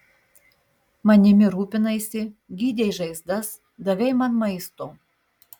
manimi rūpinaisi gydei žaizdas davei man maisto